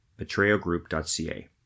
Betrayogroup.ca